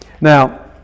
Now